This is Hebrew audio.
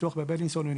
בבית עלמין מסוים שמפנה,